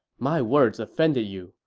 my words offended you.